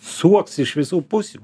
suoks iš visų pusių